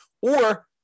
Or-